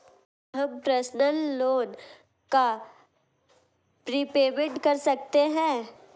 क्या हम personal loan का प्रीपेमेंट कर सकते हैं?